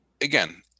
Again